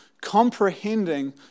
comprehending